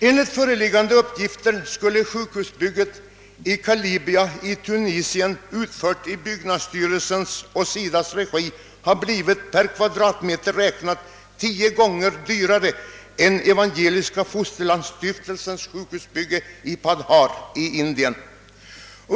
Enligt föreliggande uppgifter skulle sjukhusbygget i Kalibia i Tunisien, utfört i byggnadsstyrelsens och SIDA:s regi, ha blivit per kvadratmeter räknat tio gånger dyrare än Evangeliska fosterlandsstiftelsens sjukhusbygge i Padhar i Indien.